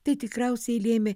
tai tikriausiai lėmė